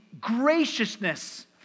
graciousness